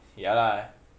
ya lah